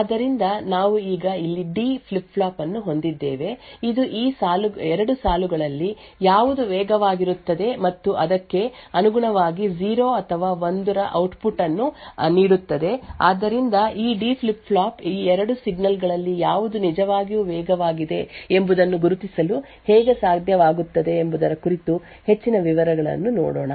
ಆದ್ದರಿಂದ ನಾವು ಈಗ ಇಲ್ಲಿ ಡಿ ಫ್ಲಿಪ್ ಫ್ಲಾಪ್ ಅನ್ನು ಹೊಂದಿದ್ದೇವೆ ಇದು ಈ 2 ಸಾಲುಗಳಲ್ಲಿ ಯಾವುದು ವೇಗವಾಗಿರುತ್ತದೆ ಮತ್ತು ಅದಕ್ಕೆ ಅನುಗುಣವಾಗಿ 0 ಅಥವಾ 1 ರ ಔಟ್ಪುಟ್ ಅನ್ನು ನೀಡುತ್ತದೆ ಆದ್ದರಿಂದ ಈ ಡಿ ಫ್ಲಿಪ್ ಫ್ಲಾಪ್ ಈ 2 ಸಿಗ್ನಲ್ ಗಳಲ್ಲಿ ಯಾವುದು ನಿಜವಾಗಿಯೂ ವೇಗವಾಗಿದೆ ಎಂಬುದನ್ನು ಗುರುತಿಸಲು ಹೇಗೆ ಸಾಧ್ಯವಾಗುತ್ತದೆ ಎಂಬುದರ ಕುರಿತು ಹೆಚ್ಚಿನ ವಿವರಗಳನ್ನು ನೋಡೋಣ